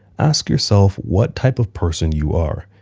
ask yourself what type of person you are.